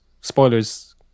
spoilers